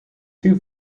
two